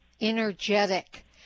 energetic